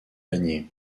paniers